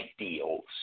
ideals